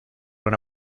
una